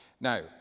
Now